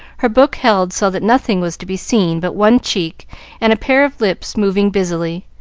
her book held so that nothing was to be seen but one cheek and a pair of lips moving busily.